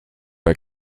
bei